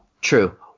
True